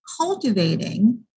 cultivating